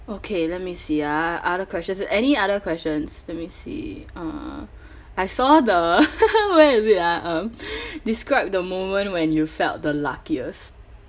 okay let me see ah other questions any other questions let me see hmm I saw the where is it ah um describe the moment when you felt the luckiest